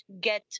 get